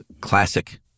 classic